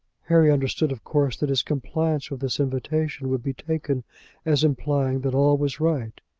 harry understood of course that his compliance with this invitation would be taken as implying that all was right.